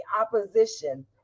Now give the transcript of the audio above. opposition